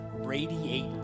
radiate